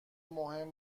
مهم